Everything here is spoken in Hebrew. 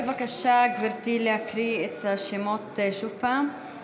בבקשה, גברתי, להקריא את השמות שוב פעם?